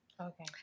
Okay